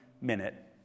minute